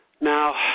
Now